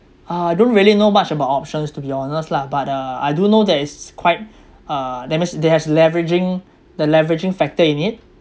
I don't really know much about options to be honest lah but uh I do know that it's quite uh that means there's leveraging the leveraging factor in it